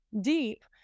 deep